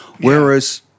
whereas